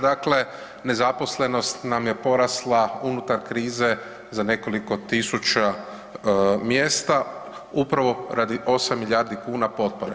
Dakle, nezaposlenost nam je porasla unutar krize za nekoliko tisuća mjesta upravo radi 8 milijardi kuna potpore.